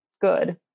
Good